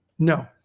No